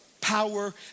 Power